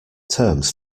terms